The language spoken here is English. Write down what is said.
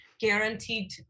guaranteed